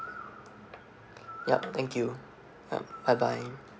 yup thank you yup bye bye